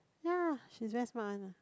yea she's very smart one lah